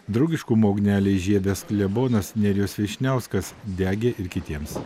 draugiškumo ugnelę įžiebęs klebonas nerijus vyšniauskas degė ir kitiems